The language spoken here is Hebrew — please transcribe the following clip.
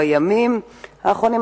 בימים האחרונים,